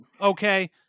Okay